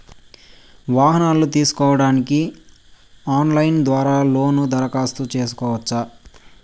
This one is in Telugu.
వాహనాలు తీసుకోడానికి ఆన్లైన్ ద్వారా లోను దరఖాస్తు సేసుకోవచ్చా?